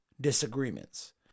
disagreements